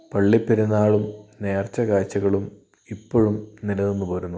പള്ളിപ്പെരുന്നാളും നേർച്ച കാഴ്ചകളും ഇപ്പോഴും നിലനിന്ന് പോരുന്നു